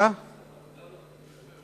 חברי חברי הכנסת,